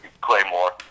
Claymore